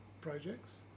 projects